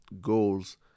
goals